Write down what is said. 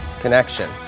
connection